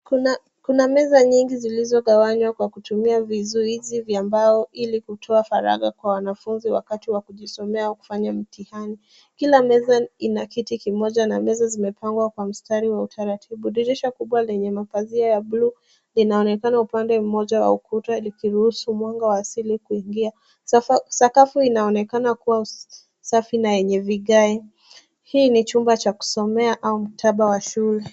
Kuna meza nyingi zilizogawanywa kwa kutumia vizuizi vya mbao ili kutoa faragha kwa wanafunzi wakati wa kujisomea au kufanya mtihani. Kila meza ina kiti kimoja na meza zimepangwa kwa mstari wa utaratibu. Dirisha kubwa lenye mapazia ya buluu linaonekana upande mmoja wa ukuta likiruhusu mwanga wa asili kuingia . Sakafu inaonekana kuwa safi na yenye vigae. Hii ni chumba cha kusomea au mktaba wa shule.